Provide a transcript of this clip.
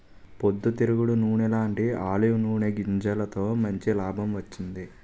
పొద్దు తిరుగుడు నూనెలాంటీ ఆలివ్ నూనె గింజలతో మంచి లాభం వచ్చింది